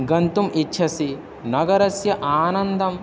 गन्तुम् इच्छसि नगरस्य आनन्दम्